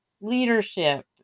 leadership